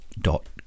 dot